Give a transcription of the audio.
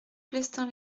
plestin